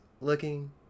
looking